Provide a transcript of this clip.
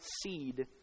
seed